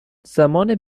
زمان